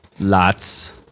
Lots